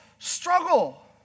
Struggle